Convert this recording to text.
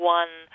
one